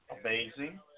amazing